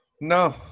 no